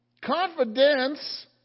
confidence